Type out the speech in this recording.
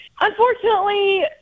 Unfortunately